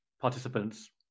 participants